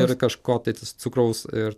ir kažko tai cukraus ir